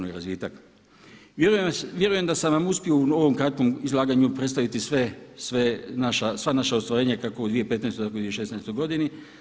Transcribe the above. Vjerujem da sam vam uspio u ovom kratkom izlaganju predstaviti sva naša ostvarenja kako u 2015., tako i u 2016. godini.